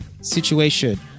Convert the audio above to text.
situation